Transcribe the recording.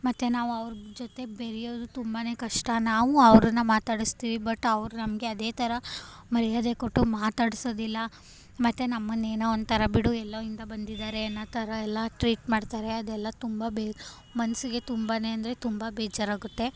ಮತ್ತು ನಾವು ಅವ್ರ ಜೊತೆ ಬೆರೆಯೋದು ತುಂಬಾ ಕಷ್ಟ ನಾವು ಅವ್ರನ್ನು ಮಾತಾಡಿಸ್ತಿವಿ ಬಟ್ ಅವರು ನಮಗೆ ಅದೇ ಥರ ಮರ್ಯಾದೆ ಕೊಟ್ಟು ಮಾತಾಡಿಸೋದಿಲ್ಲ ಮತ್ತು ನಮ್ಮನ್ನೇನೋ ಒಂಥರ ಬಿಡು ಎಲ್ಲೋ ಇಂದ ಬಂದಿದ್ದಾರೆ ಅನ್ನೋ ಥರ ಎಲ್ಲ ಟ್ರೀಟ್ ಮಾಡ್ತಾರೆ ಅದೆಲ್ಲ ತುಂಬ ಬೇ ಮನಸ್ಸಿಗೆ ತುಂಬಾ ಅಂದರೆ ತುಂಬ ಬೇಜಾರಾಗುತ್ತೆ